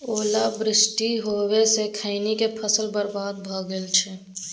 ओला वृष्टी होबा स खैनी के फसल बर्बाद भ गेल अछि?